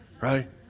right